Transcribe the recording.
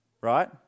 Right